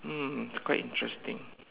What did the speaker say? mm quite interesting